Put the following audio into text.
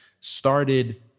started